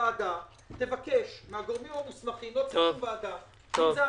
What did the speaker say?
שהוועדה תבקש מן הגורמים המוסמכים לא צריך שום ועדה אם זה המשטרה,